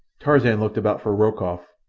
tarzan looked about for rokoff,